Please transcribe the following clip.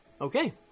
Okay